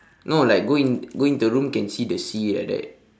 no like go in go in the room can see the sea like that